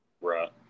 right